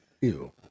ew